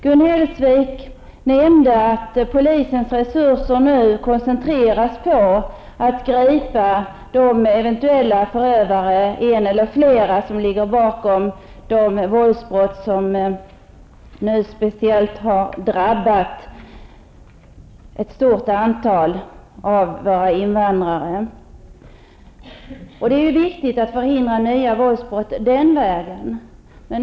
Gun Hellsvik nämnde att polisens resurser nu koncentreras på att gripa den eller de förövare som ligger bakom de våldsbrott som speciellt har drabbat ett stort antal av våra invandrare. Det är viktigt att den vägen förhindra nya våldsbrott.